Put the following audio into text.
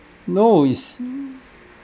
no is